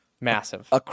Massive